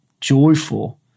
joyful